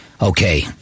okay